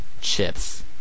chips